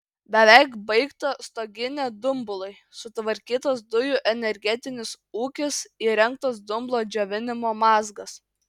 beveik baigta stoginė dumblui sutvarkytas dujų energetinis ūkis įrengtas dumblo džiovinimo mazgas